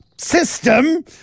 system